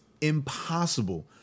impossible